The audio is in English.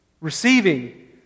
receiving